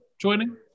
joining